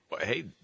hey